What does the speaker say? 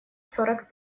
сорок